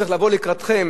צריך לבוא לקראתכם.